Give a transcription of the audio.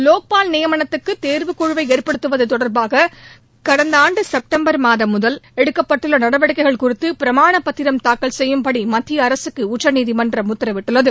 லோக்பால் நியமனத்துக்கு தேர்வுக்குழுவை ஏற்படுத்துவது தொடர்பாக கடந்த ஆண்டு செப்டம்பர் மாதம் முதல் எடுக்கப்பட்டுள்ள நடவடிக்கைகள் குறித்து பிரமாணப் பத்திரமாக தாக்கல் செய்யும்படி மத்திய அரசுக்கு உச்சநீதிமன்றம் உத்தரவிட்டுள்ளது